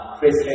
Chris